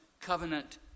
covenant